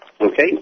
Okay